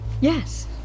Yes